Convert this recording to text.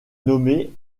nommée